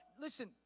Listen